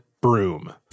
broom